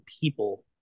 people